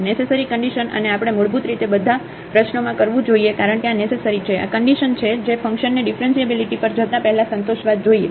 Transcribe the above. necessary condition અને આપણે મૂળભૂત રીતે બધી પ્રશ્નોઓમાં કરવું જોઈએ કારણ કે આ નેસેસરી છે આ કન્ડિશન છે જે ફંક્શનને ઙીફરન્શીએબીલીટી પર જતા પહેલા સંતોષવા જ જોઇએ